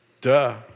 Duh